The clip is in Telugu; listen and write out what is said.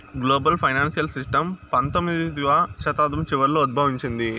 గ్లోబల్ ఫైనాన్సియల్ సిస్టము పంతొమ్మిదవ శతాబ్దం చివరలో ఉద్భవించింది